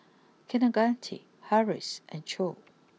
Kaneganti Haresh and Choor